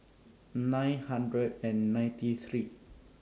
nine hundred and ninety three